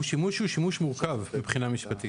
הוא שימוש שהוא שימוש מאוד מורכב מבחינה משפטית